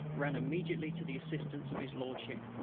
ran immediately to the assistance of his lordship,